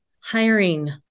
hiring